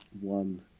one